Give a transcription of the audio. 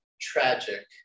tragic